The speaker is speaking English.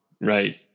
Right